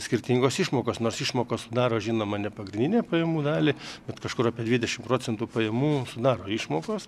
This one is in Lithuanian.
skirtingos išmokos nors išmokos sudaro žinoma ne pagrindinę pajamų dalį bet kažkur apie dvidešim procentų pajamų sudaro išmokos